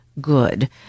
good